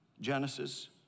Genesis